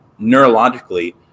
neurologically